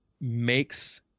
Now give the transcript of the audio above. makes